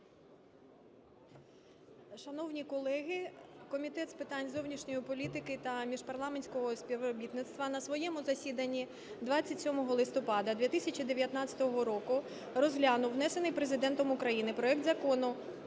Шановні колеги, Комітет з питань зовнішньої політики та міжпарламентського співробітництва на своєму засіданні 27 листопада 2019 року розглянув внесений Президентом України проект Закону